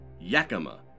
Yakima